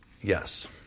Yes